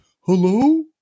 hello